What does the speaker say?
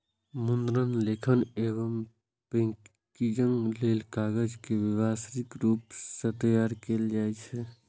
मुद्रण, लेखन एवं पैकेजिंग लेल कागज के व्यावसायिक रूप सं तैयार कैल जाइ छै